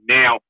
now